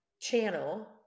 channel